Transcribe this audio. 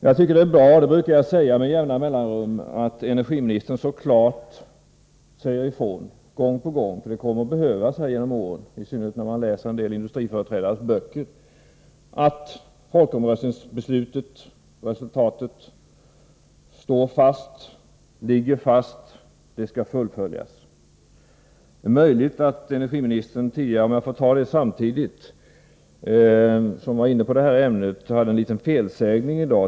Jag tycker att det är bra, som jag också brukar säga med jämna mellanrum, att energiministern så klart säger ifrån gång på gång — för det kommer att behövas genom åren, det finner man i synnerhet när man läser en del industriföreträdares böcker — att folkomröstningsresultatet ligger fast, att det skall fullföljas. Det är möjligt att energiministern tidigare — om jag får ta det samtidigt, eftersom hon var inne på det här ämnet — gjorde sig skyldig till en liten felsägning i dag.